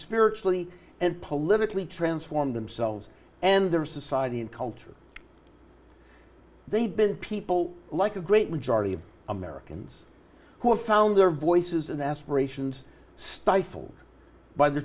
spiritually and politically transform themselves and their society and culture they build people like a great majority of americans who have found their voices and aspirations stifled by the